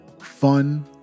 fun